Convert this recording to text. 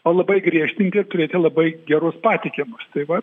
o labai griežtinti ir turėti labai gerus patikimus tai va